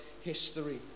history